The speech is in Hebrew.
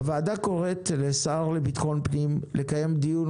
הוועדה קוראת לשר לביטחון פנים לקיים דיון